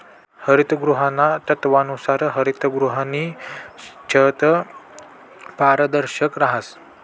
हरितगृहाना तत्वानुसार हरितगृहनी छत पारदर्शक रहास